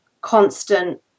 constant